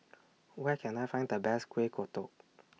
Where Can I Find The Best Kueh Kodok